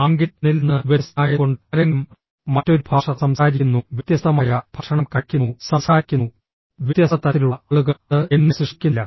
ആരെങ്കിലും എന്നിൽ നിന്ന് വ്യത്യസ്തനായതുകൊണ്ട് ആരെങ്കിലും മറ്റൊരു ഭാഷ സംസാരിക്കുന്നു വ്യത്യസ്തമായ ഭക്ഷണം കഴിക്കുന്നു സംസാരിക്കുന്നു വ്യത്യസ്ത തരത്തിലുള്ള ആളുകൾ അത് എന്നെ സൃഷ്ടിക്കുന്നില്ല